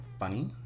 funny